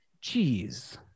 cheese